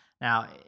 Now